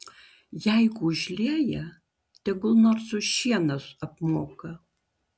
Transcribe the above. jeigu užlieja tegul nors už šieną apmoka